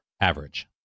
Average